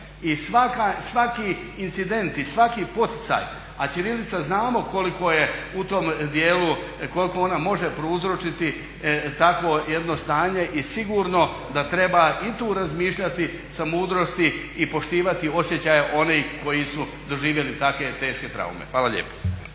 I svaki incident i svaki poticaj a ćirilica znamo koliko je u tom djelu, koliko ona može prouzročiti takvo jedno stanje i sigurno da treba i tu razmišljati sa mudrosti i poštivati osjećaje onih koji su doživjeli takve teške traume. Hvala lijepo.